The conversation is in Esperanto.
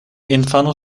infano